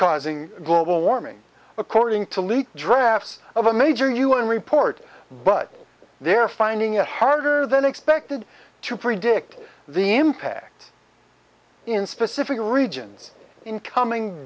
causing global warming according to leaked drafts of a major u n report but they're finding it harder than expected to predict the impact in specific regions in coming